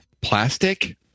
Plastic